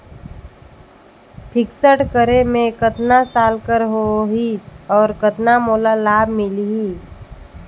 Fixed करे मे कतना साल कर हो ही और कतना मोला लाभ मिल ही?